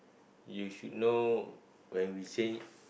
you should know when we change